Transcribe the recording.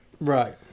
Right